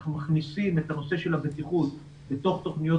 אנחנו מכניסים את הנושא של הבטיחות לתוך תוכניות